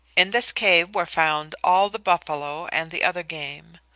in this cave were found all the buffalo and the other game.